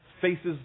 faces